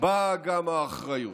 באה גם האחריות.